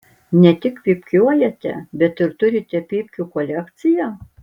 ne tik pypkiuojate bet ir turite pypkių kolekciją